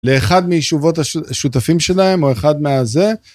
לאחד מיישובות השותפים שלהם, או אחד מהזה.